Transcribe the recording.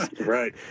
right